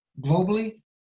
globally